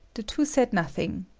the two said nothing.